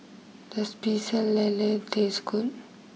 does Pecel Lele taste good